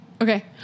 Okay